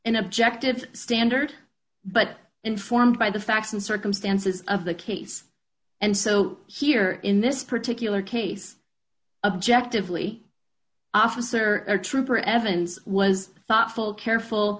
an objective standard but informed by the facts and circumstances of the case and so here in this particular case objective lee officer or trooper evans was thoughtful careful